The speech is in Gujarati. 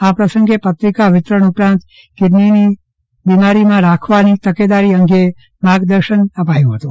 આ પ્રસંગે પત્રિકા વિતરણ ઉપરાંત કીડનીની બીમારીમાં રાખવાની તકેદારી અંગે માર્ગદર્શન અપાયું હતું